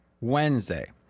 Wednesday